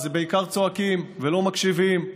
אז בעיקר צועקים ולא מקשיבים,